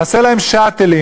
נעשה להם "שאטלים".